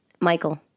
Michael